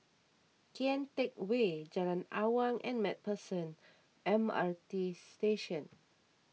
Kian Teck Way Jalan Awang and MacPherson M R T Station